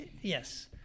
yes